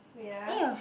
wait ah